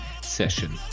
session